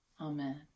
amen